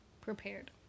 prepared